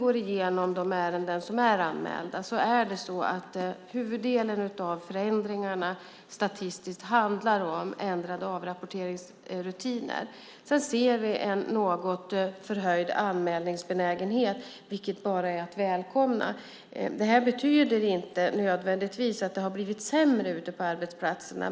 Går vi igenom de ärenden som är anmälda handlar huvuddelen av förändringarna statistiskt om ändrade avrapporteringsrutiner. Vi ser en något förhöjd anmälningsbenägenhet, vilket bara är att välkomna. Detta betyder inte nödvändigtvis att det har blivit sämre ute på arbetsplatserna.